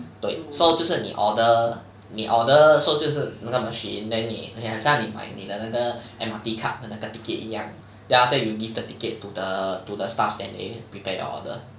对 so 就是你 order 你 order so 就是那个 machine then 你很像你买你的那个 M_R_T card 的那个 ticket 一样 then after that you give the ticket to the to the staff then they prepare your order